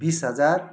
बिस हजार